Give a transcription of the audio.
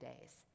days